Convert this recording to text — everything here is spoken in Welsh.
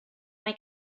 mae